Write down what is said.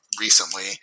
Recently